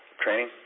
training